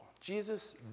Jesus